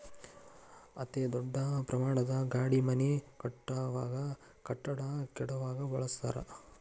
ಅತೇ ದೊಡ್ಡ ಪ್ರಮಾಣದ ಗಾಡಿ ಮನಿ ಕಟ್ಟುವಾಗ, ಕಟ್ಟಡಾ ಕೆಡವಾಕ ಬಳಸತಾರ